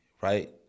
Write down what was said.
right